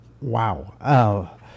wow